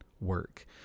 work